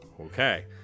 Okay